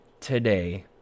today